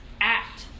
act